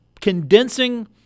condensing